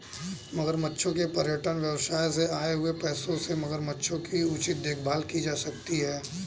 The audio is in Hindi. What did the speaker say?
मगरमच्छों के पर्यटन व्यवसाय से आए हुए पैसों से मगरमच्छों की उचित देखभाल की जा सकती है